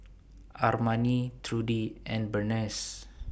Armani Trudi and Berneice